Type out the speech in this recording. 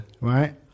right